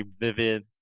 vivid